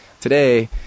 today